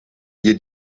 ihr